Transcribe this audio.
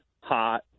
hot